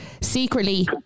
secretly